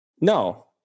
No